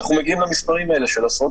אנחנו מגיעים למספרים האלה של עשרות